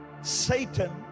Satan